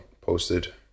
posted